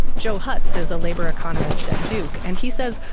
joe hotz is a labor economist at duke and he says,